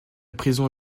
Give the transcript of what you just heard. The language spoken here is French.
prison